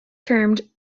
termed